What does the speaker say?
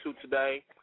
today